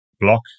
Block